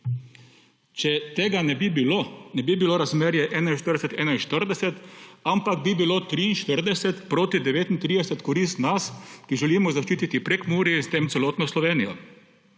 Če tega ne bi bilo, ne bi bilo razmerje 41 : 41, ampak bi bilo 43 proti 39 v korist nas, ki želimo zaščiti Prekmurje, in s tem celotno Slovenijo.